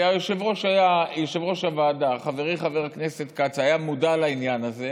ויושב-ראש הוועדה חברי חבר הכנסת כץ היה מודע לעניין הזה,